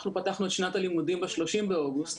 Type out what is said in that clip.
אנחנו פתחתנו את שנת הלימודים ב-30 באוגוסט.